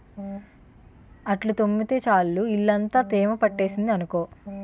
అంట్లు తోమితే చాలు ఇల్లంతా తేమ పట్టేసింది అనుకో